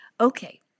Okay